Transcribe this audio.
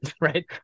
right